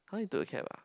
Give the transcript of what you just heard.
!huh! you took a cab ah